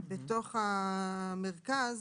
אבל אתה מייצג אם את אופיר סופר.